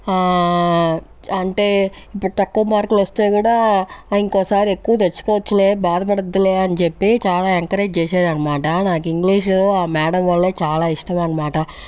అంటే ఇప్పుడు తక్కువ మార్కులు వస్తే కూడా ఇంకోసారి ఎక్కువ తెచ్చుకోవచ్చులే బాధపడద్దులే అని చెప్పి చాలా ఎంకరేజ్ చేసేది అనమాట నాకు ఇంగ్లీషు ఆ మేడం వల్లే చాలా ఇష్టం అనమాట